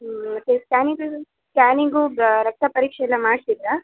ಹ್ಞೂ ಮತ್ತು scanning scanning ಬ ರಕ್ತ ಪರೀಕ್ಷೆ ಎಲ್ಲ ಮಾಡಿಸಿದ್ರಾ